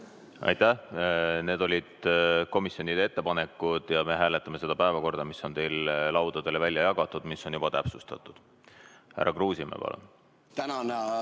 tingis? Need olid komisjonide ettepanekud. Ja me hääletame seda päevakorda, mis on teile laudadele välja jagatud ja mis on juba täpsustatud. Härra Kruusimäe, palun!